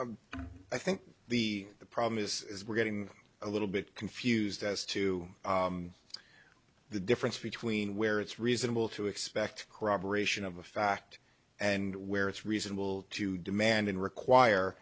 i think the problem is we're getting a little bit confused as to the difference between where it's reasonable to expect corroboration of a fact and where it's reasonable to demand an require